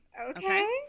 Okay